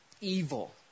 evil